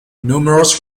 numerous